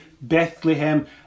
Bethlehem